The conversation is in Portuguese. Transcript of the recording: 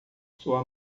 sua